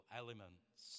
elements